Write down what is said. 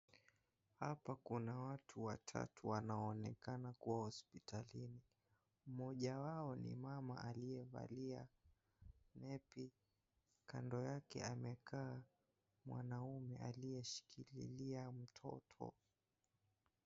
Hapa Kuna watu watatu wanaonenakana kwa hospitalini. Mmoja wao ni mama aliyevalia neti, kando yake amekaa mwanaume aliyeshikililia mtoto.